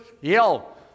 yell